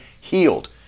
healed